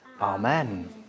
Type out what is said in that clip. Amen